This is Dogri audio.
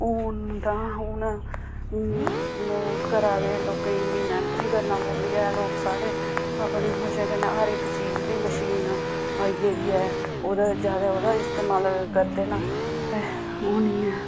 हून तां हून घरै दे लोकें इन्नी मेह्नत बी करना पौंदी ऐ लोक सारे अपने मजे कन्नै हर इक चीज़ दी मशीन आई गेदी ऐ ओह्दा ज्यादा ओह्दा इस्तेमाल करदे न ते ओह् निं ऐ